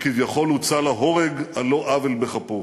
שכביכול הוצא להורג על לא עוול בכפו.